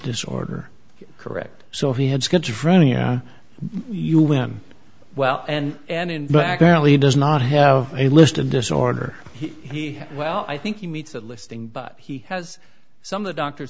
disorder correct so he had schizophrenia you when well and and in but accurately does not have a list of disorder he well i think he meets that listing but he has some of the doctor